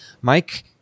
Mike